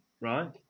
right